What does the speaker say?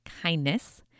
kindness